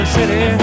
City